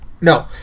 no